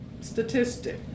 statistic